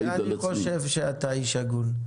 אני חושב שאתה איש הגון.